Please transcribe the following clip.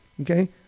okay